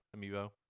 Amiibo